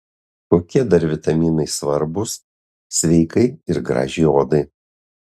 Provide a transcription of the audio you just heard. kokie dar vitaminai svarbūs sveikai ir gražiai odai